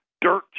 dirt